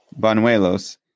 Banuelos